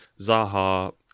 Zaha